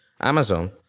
Amazon